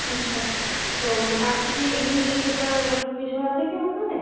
আচ্ছা তো মানে আর কী কী ইংলিশ পেপার এরকম কিছু আছে কি আপনাদের